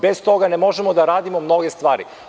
Bez toga ne možemo da radimo mnoge stvari.